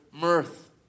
mirth